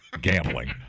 gambling